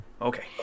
Okay